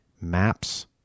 maps